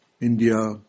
India